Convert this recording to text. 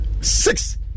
Six